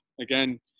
Again